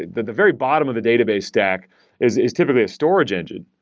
the the very bottom of the database stack is is typically a storage engine.